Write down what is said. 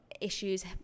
issues